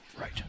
Right